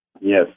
Yes